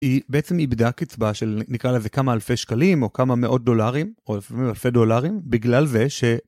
היא בעצם איבדה קצבה של נקרא לזה כמה אלפי שקלים או כמה מאות דולרים או לפעמים אלפי דולרים בגלל זה ש.